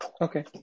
Okay